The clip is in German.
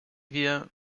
wir